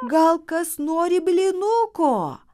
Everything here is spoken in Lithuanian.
gal kas nori blynuko